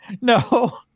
no